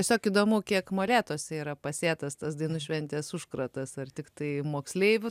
tiesiog įdomu kiek molėtuose yra pasėtas tas dainų šventės užkratas ar tiktai moksleivių